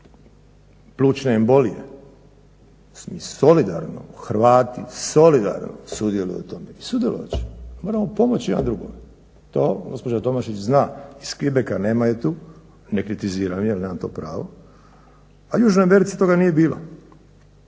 plućne embolije. Solidarno, Hrvati solidarno sudjeluju u tome i sudjelovat će. Moramo pomoći jedan drugome. To gospođa Tomašić zna. Iz Quebeca nema je tu, ne kritiziram je jer nemam to pravo ali u Južnoj Americi toga nije bilo